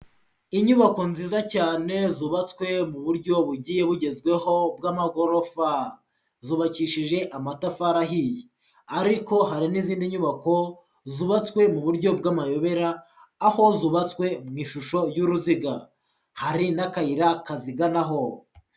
Inyubako nziza cyane, zubatswe mu buryo bugiye bugezweho, bw'amagorofa, zubakishije amatafari ahiye. Ariko hari n'izindi nyubako, zubatswe mu buryo bw'amayobera, aho zubatswe mu ishusho y'uruziga, hari n'akayira kaziganaho.